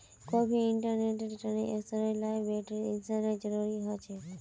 कोई भी इंसानेर तने अक्सर लॉयबिलटी इंश्योरेंसेर जरूरी ह छेक